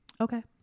Okay